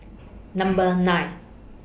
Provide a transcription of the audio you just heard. Number nine